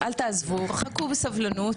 אל תעזבו, חכו בסבלנות.